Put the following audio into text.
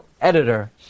editor